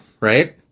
right